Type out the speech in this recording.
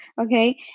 okay